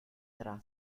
tra